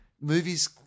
Movies